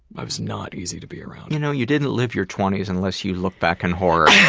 i was not easy to be around. you know you didn't live your twenty s unless you look back in horror.